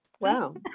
Wow